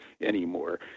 anymore